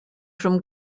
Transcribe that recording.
from